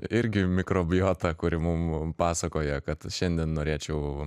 irgi mikrobiota kuri mum pasakoja kad šiandien norėčiau